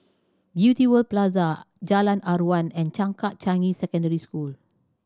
Beauty World Plaza Jalan Aruan and Changkat Changi Secondary School